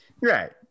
Right